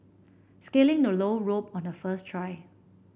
scaling the low rope on the first try